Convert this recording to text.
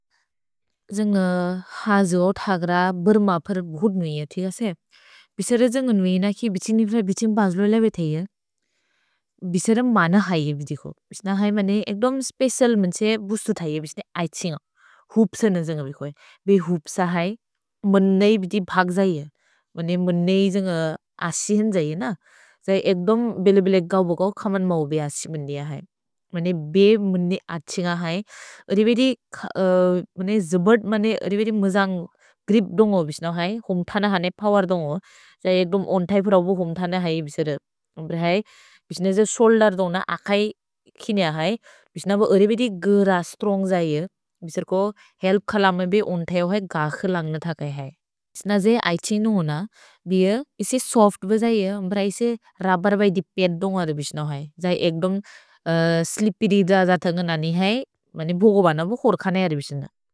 हजो, थग्र, बर्म फरे भुत् नुइअ, तिग से। भिसर जन्गन् नुइन कि बिछिन्ग् निफ्र बिछिन्ग् बज्लो लेवे थेइअ। भिसर मन है बिदिको। भिश्न है मने एक्दोम् स्पेसल् मन्छे बुसु थैअ बिश्ने ऐछिन्ग। हुप्स न जन्ग बिकोए। भे हुप्स है, मने बिदि भाग् जहिअ। मने मने जन्ग आसिहन् जहिअ न। जै एक्दोम् बेले-बेले गौ बोगो कमन् मौ बे आसि मन्दिअ है। मने बे मने आछिन्ग है। अर्रे बिदि जबद् मने अर्रे बिदि मजन्ग् ग्रिप् दुन्गो बिश्न है। हुम्थन हने पवर् दुन्गो। जै एक्दोम् ओन्थै फुरवु हुम्थन है बिसर। भिश्न जे शोउल्देर् दुन्ग आकै किन है। भिश्न बे अर्रे बिदि गर स्त्रोन्ग् जहिअ। भिशर् को हेल्प् खलमे बे ओन्थै ओहे गाक् लन्ग थकै है। भिश्न जे ऐछिन्ग हुन। भे इसि सोफ्त् बे जहिअ। अर्रे इसि रबर् बै दिपेत् दुन्ग अर्रे बिश्न है। जै एक्दोम् स्लिप्पेर्य् जहत न्ग् ननि है। मने बोगो बन बु खुर् कन अर्रे बिश्न है।